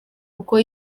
kuko